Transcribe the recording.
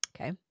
Okay